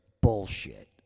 bullshit